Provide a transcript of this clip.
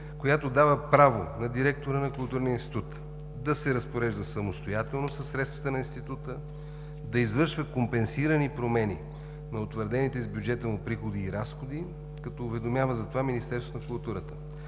която дава право на директора на културния институт да се разпорежда самостоятелно със средствата на института, да извършва компенсирани промени на утвърдените с бюджета му приходи и разходи, като уведомява за това Министерството на културата;